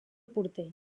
porter